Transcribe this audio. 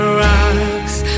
rocks